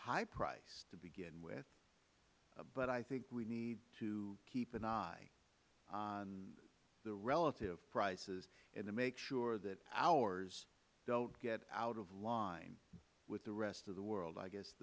high price to begin with but i think we need to keep an eye on the relative prices and to make sure that ours don't get out of line with the rest of the world i guess